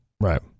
Right